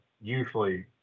usually